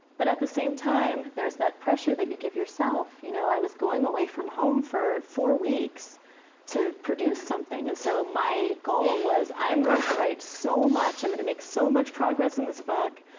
but at the same time, there's that pressure that you give yourself. you know i was going away from home for four weeks to produce something, and so my goal was i'm going to write so much. i'm going to make so much progress in this book.